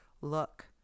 look